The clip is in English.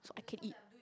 so I can eat